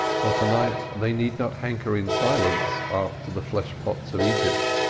for to-night they need not hanker in silence after the flesh-pots of egypt.